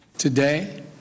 Today